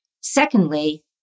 Secondly